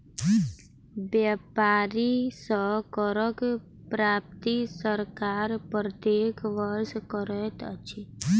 व्यापारी सॅ करक प्राप्ति सरकार प्रत्येक वर्ष करैत अछि